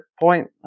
point